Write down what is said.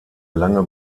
lange